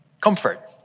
comfort